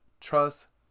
Trust